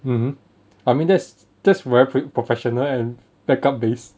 mmhmm I mean that's that's very professional and backup base